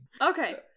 Okay